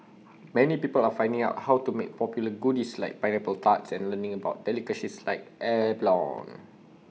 many people are finding out how to make popular goodies like pineapple tarts and learning about delicacies like abalone